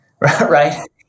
right